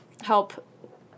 help